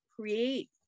create